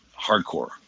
hardcore